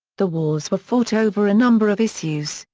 the wars were fought over a number of issues,